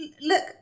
look